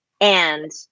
And-